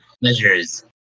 Measures